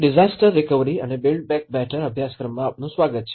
disaster recovery and build back better અભ્યાસક્રમમાં આપનું સ્વાગત છે